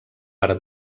per